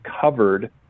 covered